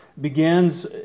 begins